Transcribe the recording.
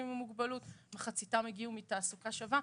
עם מוגבלות ומחציתם הגיעו מתעסוקה שווה.